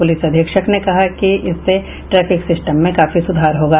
police अधीक्षक ने कहा कि इससे ट्रैफिक सिस्टम में काफी सुधार होगा